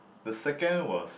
the second was